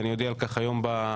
ואני אודיע על כך היום במליאה.